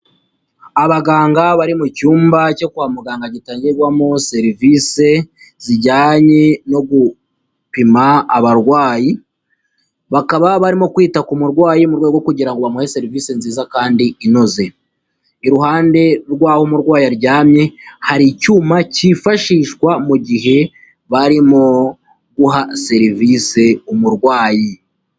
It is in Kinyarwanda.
Abaganga bari mu cyumba cyo kwa muganga gitangirwagwamo serivisi, zijyanye no gupima abarwayi, bakaba barimo kwita ku murwayi mu rwego kugira ngo bamuhe serivisi nziza kandi inoze, iruhande rwaho umurwayi aryamye hari icyuma cyifashishwa mu gihe barimo guha serivisi umurwayi.